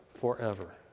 forever